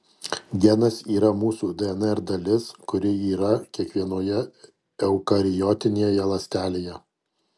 genas yra mūsų dnr dalis kuri yra kiekvienoje eukariotinėje ląstelėje